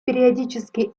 периодический